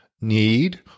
need